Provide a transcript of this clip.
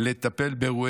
לטפל באירוע